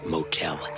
Motel